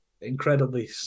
incredibly